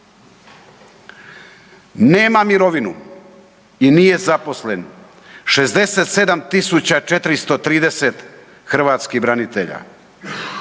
Nema mirovinu i nije zaposlen. 76430 hrvatskih branitelja.